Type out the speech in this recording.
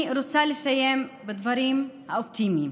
אני רוצה לסיים בדברים אופטימיים.